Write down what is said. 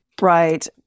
Right